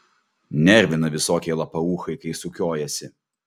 nervina visokie lapauchai kai sukiojasi